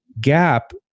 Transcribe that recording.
GAP